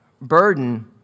burden